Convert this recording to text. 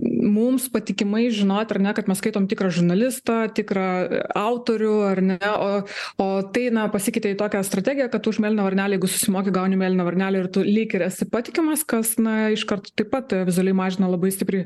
mums patikimai žinot ar ne kad mes skaitom tikrą žurnalistą tikrą autorių ar ne o o tai na pasikeitė į tokią strategiją kad už mėlyną varnelę jeigu susimoki gauni mėlyną varnelę ir tu lyg ir esi patikimas kas na iškart taip pat vizualiai mažina labai stipriai